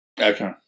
Okay